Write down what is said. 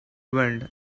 wind